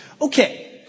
Okay